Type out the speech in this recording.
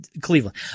Cleveland